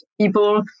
people